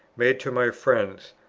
made to my friends.